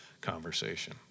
conversation